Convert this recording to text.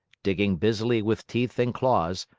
digging busily with teeth and claws,